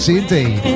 indeed